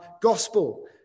Gospel